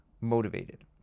motivated